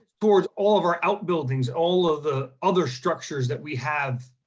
towards all of our outbuildings, all of the other structures that we have,